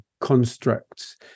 constructs